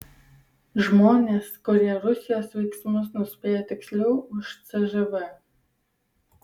žmonės kurie rusijos veiksmus nuspėja tiksliau už cžv